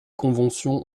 conventions